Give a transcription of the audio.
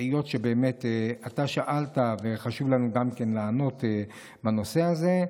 היות שבאמת אתה שאלת וחשוב לנו גם כן לענות בנושא הזה,